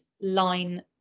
line